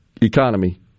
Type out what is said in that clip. economy